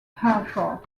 hereford